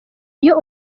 iyo